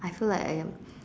I feel like I am